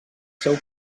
seu